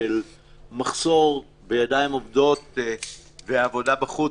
של מחסור בידיים עובדות ועבודה בחוץ,